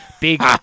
big